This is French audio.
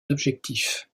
objectifs